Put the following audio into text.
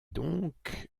doncques